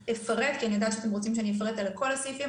ואפרט כי אני יודעת שאתם רוצים שאפרט על כל הסעיפים,